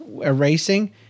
erasing